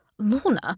Lorna